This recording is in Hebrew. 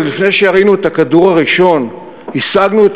עוד לפני שירינו את הכדור הראשון השגנו את